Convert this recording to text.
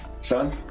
son